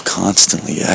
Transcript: constantly